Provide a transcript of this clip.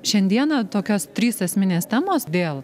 šiandieną tokios trys esminės temos dėl